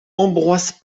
ambroise